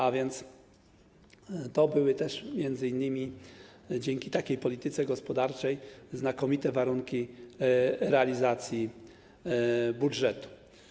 A więc były to, też m.in. dzięki takiej polityce gospodarczej, znakomite warunki do realizacji budżetu.